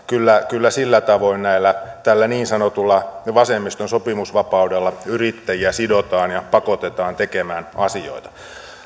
kyllä kyllä sillä tavoin tällä niin sanotulla vasemmiston sopimusvapaudella yrittäjiä sidotaan ja pakotetaan tekemään asioita